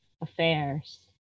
affairs